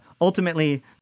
ultimately